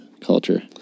culture